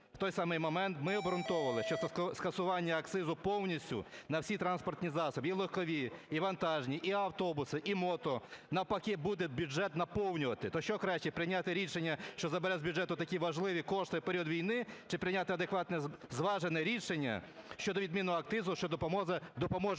В той самий момент ми обґрунтовували, що скасування акцизу повністю на всі транспортні засоби: і легкові, і вантажні, і автобуси, і мото – навпаки буде бюджет наповнювати. То що, краще прийняти рішення, що забере з бюджету такі важливі кошти в період війни, чи прийняти адекватне зважене рішення щодо відміну акцизу, що допоможе оновити